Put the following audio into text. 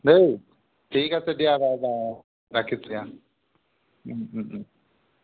দেই ঠিক আছে দিয়া বাই বাই অঁ ৰাখিছোঁ দিয়া অঁ